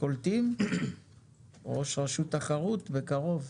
יש רשות תחרות בקרוב,